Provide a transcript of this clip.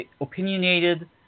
opinionated